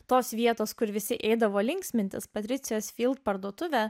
tos vietos kur visi eidavo linksmintis patricijos parduotuvę